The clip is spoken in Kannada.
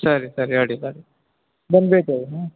ಸರಿ ಸರಿ ಅಡ್ಡಿಲ್ಲ ಬಂದು ಭೇಟಿ ಆಗಿ ಹ್ಞೂ